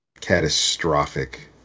catastrophic